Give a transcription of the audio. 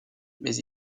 mais